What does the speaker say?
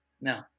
No